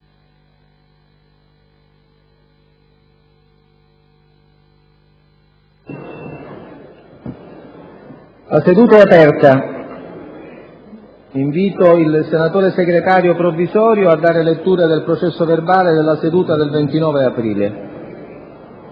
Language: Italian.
La seduta e` aperta (ore 10,32). Invito il senatore Segretario provvisorio a dare lettura del processo verbale della seduta del 29 aprile.